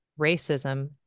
Racism